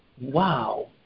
wow